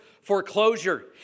foreclosure